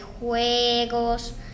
juegos